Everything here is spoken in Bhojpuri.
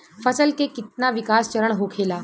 फसल के कितना विकास चरण होखेला?